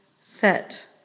set